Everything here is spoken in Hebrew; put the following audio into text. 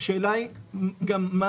השאלה היא גם מה